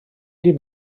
fynd